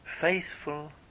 Faithful